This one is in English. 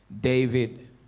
David